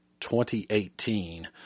2018